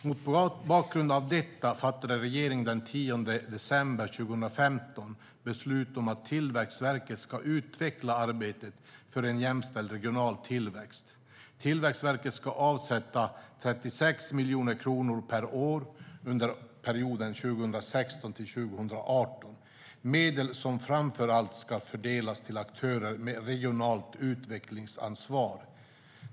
Mot bakgrund av detta fattade regeringen den 10 december 2015 beslut om att Tillväxtverket ska utveckla arbetet för en jämställd regional tillväxt. Tillväxtverket ska avsätta 36 miljoner kronor per år under perioden 2016-2018, medel som framför allt ska fördelas till aktörer med regionalt utvecklingsansvar.